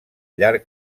llarg